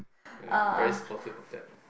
very supportive of that